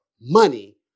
money